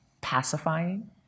pacifying